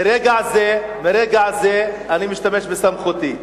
מרגע זה אני משתמש בסמכותי.